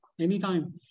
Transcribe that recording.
anytime